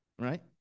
right